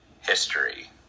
history